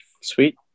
Sweet